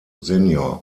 sen